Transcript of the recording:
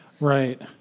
right